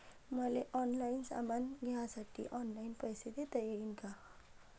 मले ऑनलाईन सामान घ्यासाठी ऑनलाईन पैसे देता येईन का?